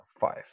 five